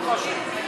כולם חשובים.